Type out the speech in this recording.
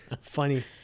funny